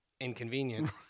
inconvenient